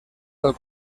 del